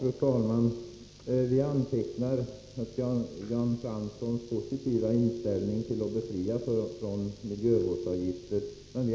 Fru talman! Vi antecknar Jan Franssons positiva inställning till befrielse från miljövårdsavgifter.